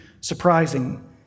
surprising